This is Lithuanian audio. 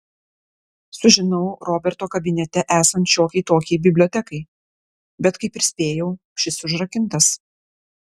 sužinau roberto kabinete esant šiokiai tokiai bibliotekai bet kaip ir spėjau šis užrakintas